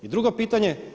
I drugo čitanje.